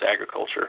agriculture